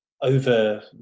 over